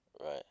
Right